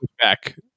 back